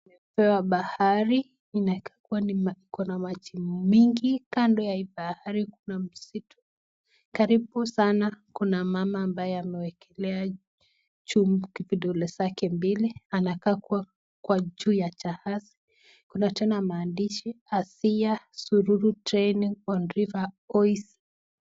Upeo wa bahari, inaweza kuwa iko na maji mingi. Kando ya hii bahari kuna msitu. Karibu sana kuna mama ambaye amewekelea juu vidole zake mbili. Anakaa kuwa kwa juu ya jahazi kuna tena maandishi Asiya Sururu Training on River Oise.